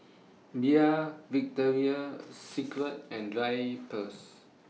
Bia Victoria Secret and Drypers